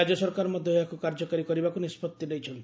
ରାଜ୍ୟ ସରକାର ମଧ୍ଧ ଏହାକୁ କାର୍ଯ୍ୟକାରୀ କରିବାକୁ ନିଷ୍ବତ୍ତି ନେଇଛନ୍ତି